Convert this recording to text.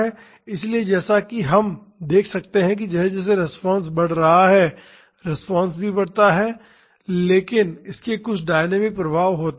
इसलिए जैसा कि हम देख सकते हैं कि जैसे जैसे फाॅर्स बढ़ रहा है रिस्पांस भी बढ़ता है लेकिन इसके कुछ डायनामिक प्रभाव होते हैं